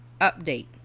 update